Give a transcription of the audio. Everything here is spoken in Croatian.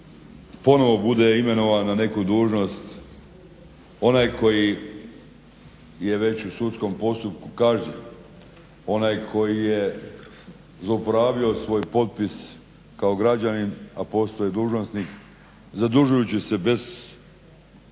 ponovo bude imenovan na neku dužnost onaj koji je već u sudskom postupku kažnjen, onaj koji je zlouporabio svoj potpis kao građanin, a postao je dužnosnik zadužujući se bez reda